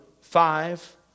five